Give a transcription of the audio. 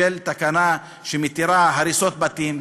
תקנה שמתירה הריסות בתים,